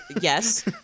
yes